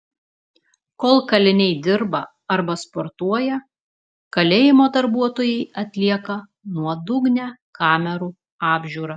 kol kaliniai dirba arba sportuoja kalėjimo darbuotojai atlieka nuodugnią kamerų apžiūrą